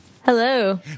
Hello